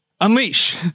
unleash